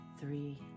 three